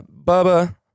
Bubba